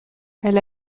elle